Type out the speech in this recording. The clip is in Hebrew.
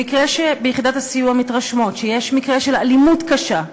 שבמקרה שביחידת הסיוע מתרשמות שיש מקרה של אלימות קשה,